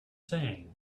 saying